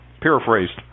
paraphrased